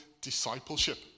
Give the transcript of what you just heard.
discipleship